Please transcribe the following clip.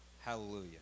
hallelujah